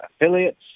affiliates